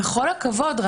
בכל הכבוד,